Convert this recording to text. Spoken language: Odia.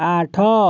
ଆଠ